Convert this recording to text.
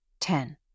Ten